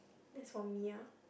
that's for me ah